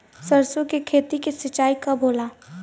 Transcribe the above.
सरसों की खेती के सिंचाई कब होला?